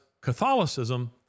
Catholicism